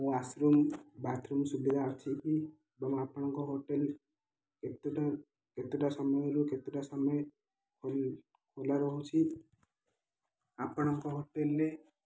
wash room bathroom ସୁବିଧା ଅଛି କି ଏବଂ ଆପଣଙ୍କ ହୋଟେଲ କେତୋଟା କେତୋଟା ସମୟରୁ କେତୋଟା ସମୟ ଖୋଲା ରହୁଛି ଆପଣଙ୍କ ହୋଟେଲରେ